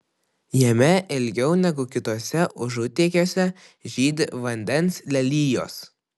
jame ilgiau negu kituose užutėkiuose žydi vandens lelijos